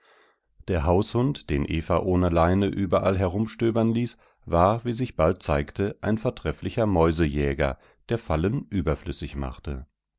der haushund den eva ohne leine überall herumstöbern ließ war wie sich bald zeigte ein vortrefflicher mäusejäger der fallen überflüssig machte